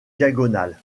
diagonale